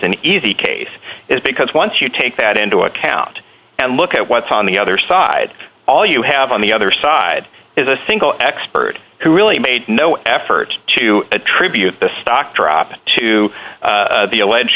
an easy case it because once you take that into account and look at what's on the other side all you have on the other side is a single expert who really made no effort to attribute the stock drop to the alleged